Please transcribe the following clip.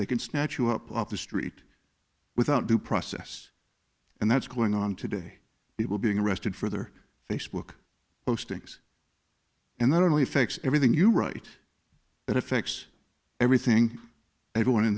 they can snatch you up off the street without due process and that's going on today people being arrested for their facebook postings and that only affects everything you write it affects everything and everyone in